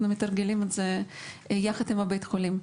אנחנו מתרגלים את זה ביחד עם בית החולים,